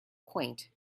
quaint